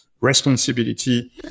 responsibility